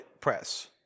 press